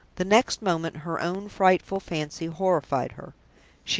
the next moment her own frightful fancy horrified her.